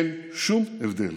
אין שום הבדל,